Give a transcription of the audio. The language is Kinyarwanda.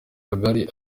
kagari